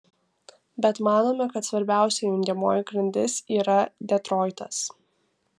bet manome kad svarbiausia jungiamoji grandis yra detroitas